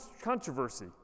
controversy